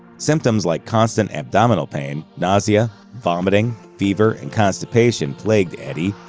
symptoms like constant abdominal pain, nausea, vomiting, fever, and constipation plagued eddie,